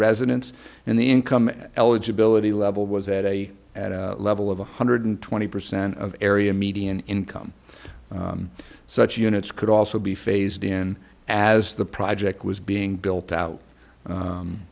residents in the income eligibility level was at a level of one hundred twenty percent of area median income such units could also be phased in as the project was being built out